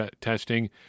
testing